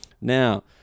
Now